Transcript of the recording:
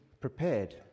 prepared